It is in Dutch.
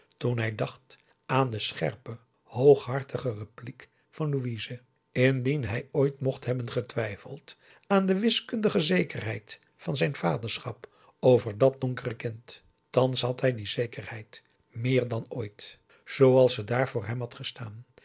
toen hij dacht aan de scherpe hooghartige repliek van louise indien hij ooit mocht hebben getwijfeld aan de wiskundige zekerheid van zijn vaderschap over dat donkere kind thans had hij die zekerheid meer dan ooit zooals ze daar voor hem had gestaan